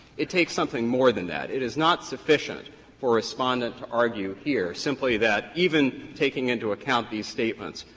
it takes something more than that. it is not sufficient for respondent to argue here simply that, even taking into account these statements,